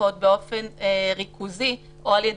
ההבדל ביחס לעבירות עבירות באמת נאכפות באופן ריכוזי על-ידי